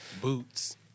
Boots